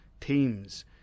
teams